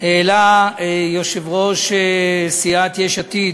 העלה יושב-ראש סיעת יש עתיד,